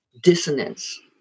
dissonance